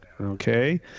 Okay